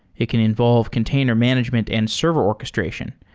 it can involve container management and service orchestration.